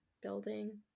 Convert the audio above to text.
building